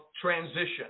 transition